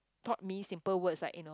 taught me simple words like you know